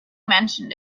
mentioned